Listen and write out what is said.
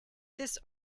this